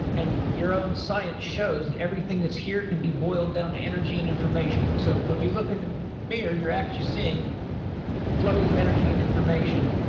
and your own science shows that everything that's here can be boiled down to energy and information. so when you look in the mirror, you're actually seeing flows of energy and information.